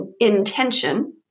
intention